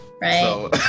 Right